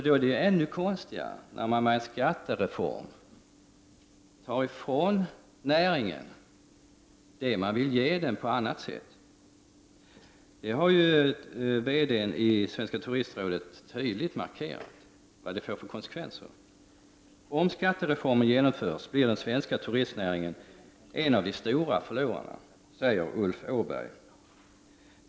Då är det ännu konstigare när man med en skattereform tar ifrån näringen det man vill ge den på annat sätt. VD:n i Svenska turistrådet har tydligt markerat vad det får för konsekvenser. Om skattereformen genomförs blir den svenska turistnäringen en av de stora förlorarna, säger Ulf Åberg.